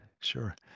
sure